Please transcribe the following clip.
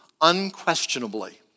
unquestionably